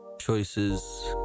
choices